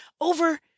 over